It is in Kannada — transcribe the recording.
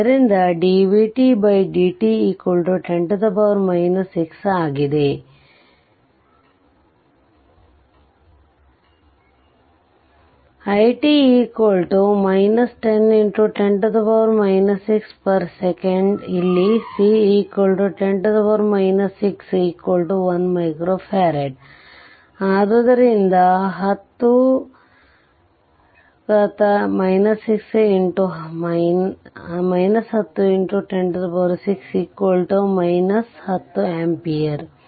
ಆದ್ದರಿಂದ dvtdt 10 6ಆಗಿದೆ it 10 x 106ಸೆಕಂಡ್ ಇಲ್ಲಿ c10 6 1F ಆದ್ದರಿಂದ 10 6x 10x106 10 ampere